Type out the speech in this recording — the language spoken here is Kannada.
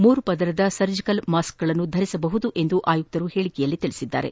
ಮೂರು ಪದರದ ಸರ್ಜಿಕಲ್ ಮಾಸ್ಕ್ಗಳನ್ನು ಧರಿಸಬಹುದೆಂದು ಆಯುಕ್ತರು ಹೇಳಿಕೆಯಲ್ಲಿ ತಿಳಿಸಿದ್ದಾರೆ